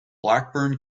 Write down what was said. blackburn